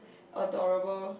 adorable